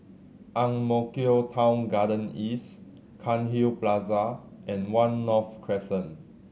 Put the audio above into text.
Ang Mo Kio Town Garden East Cairnhill Plaza and One North Crescent